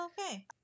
Okay